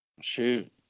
Shoot